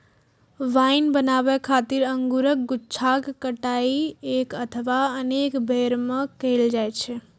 wine बनाबै खातिर अंगूरक गुच्छाक कटाइ एक अथवा अनेक बेर मे कैल जाइ छै